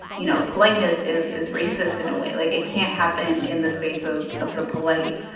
you know, politeness is is racist in a way. like it can't happen in the space of of the polite,